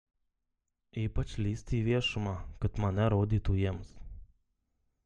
ypač lįsti į viešumą kad mane rodytų jiems